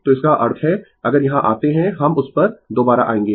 तो इसका अर्थ है अगर यहां आते है हम उस पर दोबारा आएंगें